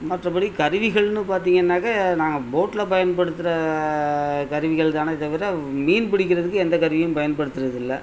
மற்றபடி கருவிகள்னு பார்த்தீங்கன்னாக்கா நாங்கள் போட்டில் பயன்படுத்துகிற கருவிகள் தானே தவிர மீன் பிடிக்கிறதுக்கு எந்தக் கருவியும் பயன்படுத்துறதில்லை